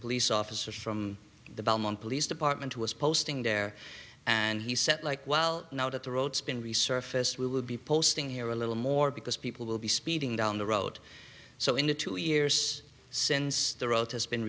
police officers from the belmont police department who was posting there and he said like well now that the roads been resurfaced we will be posting here a little more because people will be speeding down the road so in the two years since the road has been